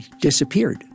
disappeared